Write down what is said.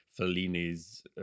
Fellini's